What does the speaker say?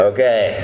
Okay